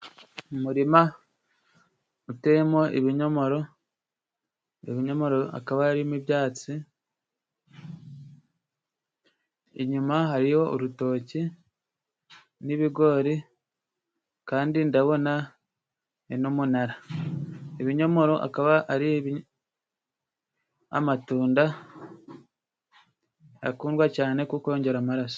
Umuririma uteyemo ibinyomoro ,ibinyomoro hakaba harimo ibyatsi ,inyuma hariyo urutoki n'ibigori ,kandi ndabona n'umunara. Ibinyomoro akaba ari amatunda akundwa cyane ,kuko yongera amaraso.